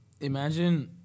Imagine